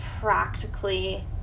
practically